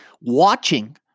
watching